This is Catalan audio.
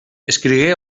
escrigué